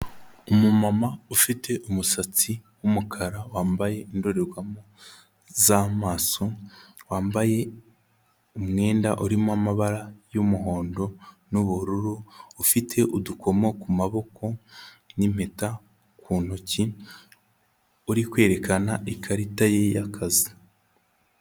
Umumama ufite umusatsi w'umukara wambaye indorerwamo z'amaso, wambaye umwenda urimo amabara y'umuhondo n'ubururu, ufite udukomo ku maboko n'impeta ku ntoki uri kwerekana ikarita ye y'akazi.